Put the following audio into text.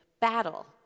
battle